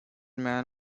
man